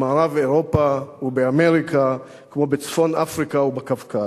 במערב אירופה ובאמריקה כמו בצפון אפריקה ובקווקז,